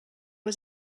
was